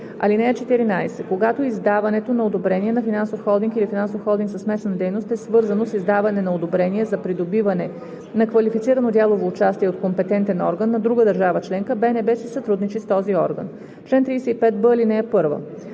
103б. (14) Когато издаването на одобрение на финансов холдинг или финансов холдинг със смесена дейност е свързано с издаване на одобрение за придобиване на квалифицирано дялово участие от компетентен орган на друга държава членка, БНБ си сътрудничи с този орган. Чл. 35б. (1)